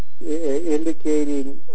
indicating